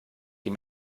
die